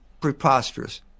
Preposterous